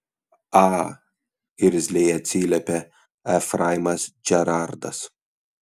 a irzliai atsiliepė efraimas džerardas